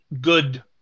good